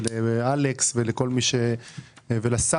לאלכס ולשר.